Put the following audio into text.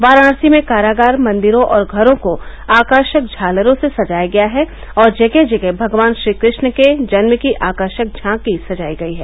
वाराणसी में कारागार मंदिरों और घरों को आकर्षक झालरों से सजाया गया है और जगह जगह पर भगवान कृष्ण के जन्म की आकर्षक झांकी सजायी गयी है